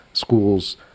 schools